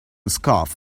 scarf